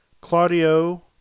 Claudio